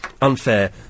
unfair